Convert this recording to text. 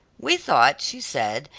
we thought, she said,